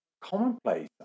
commonplace